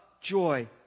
joy